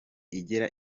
igera